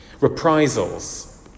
Reprisals